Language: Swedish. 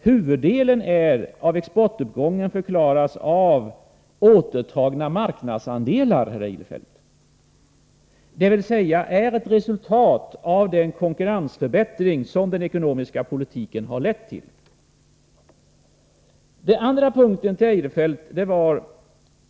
Huvuddelen av exportuppgången förklaras av återtagna marknadsandelar, dvs. är ett resultat av den konkurrensförbättring som den ekonomiska politiken har lett till, herr Eirefelt.